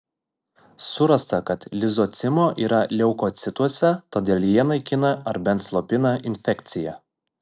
surasta kad lizocimo yra leukocituose todėl jie naikina ar bent slopina infekciją